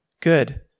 Good